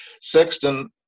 Sexton